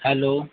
hello